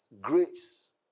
grace